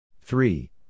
Three